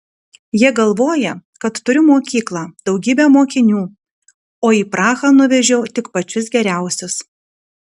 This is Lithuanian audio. jie galvoja kad turiu mokyklą daugybę mokinių o į prahą nuvežiau tik pačius geriausius